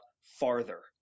farther